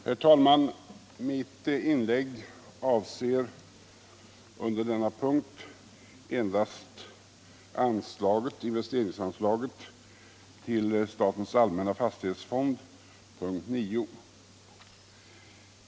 Herr talman! Mitt inlägg i detta ärende avser endast investeringsanslaget till Statens allmänna fastighetsfond, punkten 9.